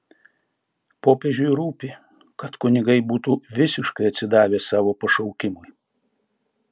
popiežiui rūpi kad kunigai būtų visiškai atsidavę savo pašaukimui